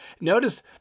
Notice